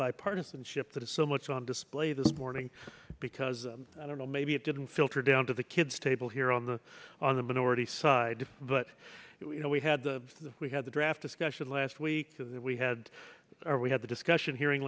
bipartisanship that is so much on display this morning because i don't know maybe it didn't filter down to the kids table here on the on the minority side but you know we had the we had the draft discussion last week that we had we had the discussion hearing